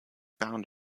bound